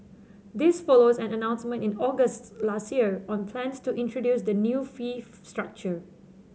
this follows an announcement in August last year on plans to introduce the new fee structure